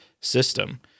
system